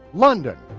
london,